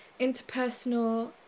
interpersonal